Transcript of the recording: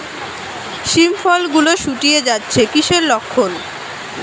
শিম ফল গুলো গুটিয়ে যাচ্ছে কিসের লক্ষন?